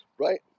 right